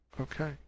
okay